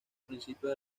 principios